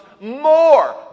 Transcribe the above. more